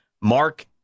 Mark